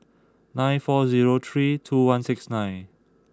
nine four zero three two one six nine